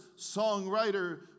songwriter